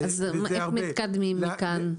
איך מתקדמים מכאן?